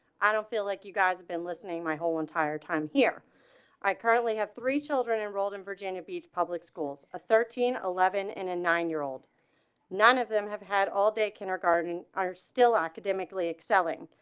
i don't feel like you guys have been listening. my whole entire time here i currently have three children enrolled in virginia beach public schools, a thirteen eleven and a nine year old none of them have had all day kindergarten. our still academically excelling.